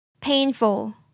Painful